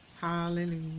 Hallelujah